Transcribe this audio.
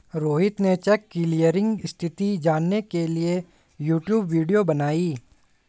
रोहित ने cheque clearing स्थिति जानने के लिए यूट्यूब वीडियो बनाई